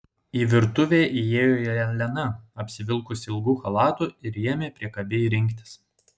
į virtuvę įėjo jelena apsivilkusi ilgu chalatu ir ėmė priekabiai rinktis